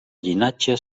llinatge